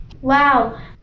wow